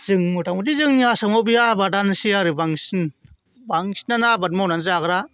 जों मथा मथि जोंनि आसामाव बे आबादानोसै आरो बांसिन बांसिनानो आबाद मावनानै जाग्रा